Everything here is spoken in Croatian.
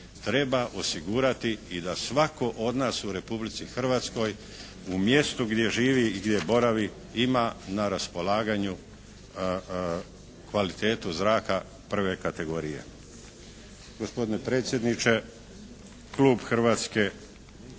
treba osigurati i da svatko od nas u Republici Hrvatskoj u mjestu gdje živi i boravi ima na raspolaganju kvalitetu zraka prvi kategorije.